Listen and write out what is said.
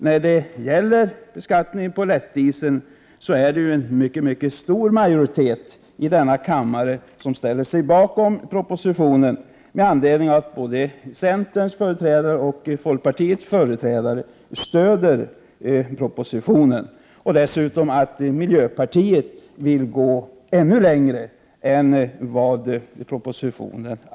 När det gäller beskattningen av lättdieseln finns det en mycket stor majoritet i denna kammare, som ställer sig bakom propositionen. Både centern och folkpartiets företrädare stöder propositionsförslaget. Miljöpartiet vill dessutom gå ännu längre än regeringen.